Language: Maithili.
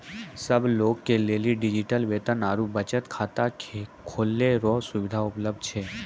सब लोगे के लेली डिजिटल वेतन आरू बचत खाता खोलै रो सुविधा उपलब्ध छै